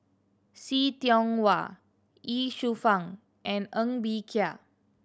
See Tiong Wah Ye Shufang and Ng Bee Kia